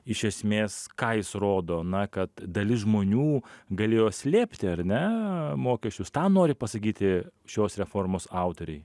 iš esmės ką jis rodo na kad dalis žmonių galėjo slėpti ar ne mokesčius tą nori pasakyti šios reformos autoriai